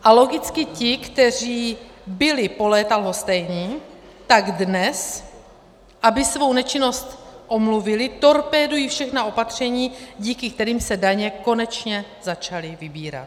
A logicky ti, kteří byli po léta lhostejní, tak dnes, aby svou nečinnost omluvili, torpédují všechna opatření, díky kterým se daně konečně začaly vybírat.